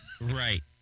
Right